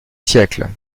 siècle